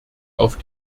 auf